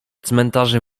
cmentarze